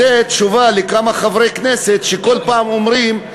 זו תשובה לכמה חברי כנסת שבכל פעם אומרים,